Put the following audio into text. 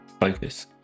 focus